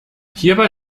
hierbei